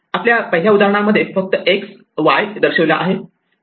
आपल्या पहिल्या उदाहरणांमध्ये फक्त पॉईंट X Y दर्शवला आहे